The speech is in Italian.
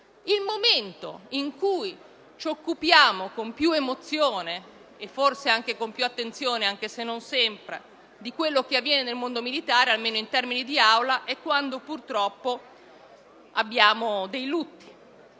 Il momento in cui ci occupiamo con più emozione, e forse anche con più attenzione (anche se non sempre), di quello che avviene nel mondo militare, almeno in Aula, è quando si registrano delle morti.